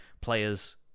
players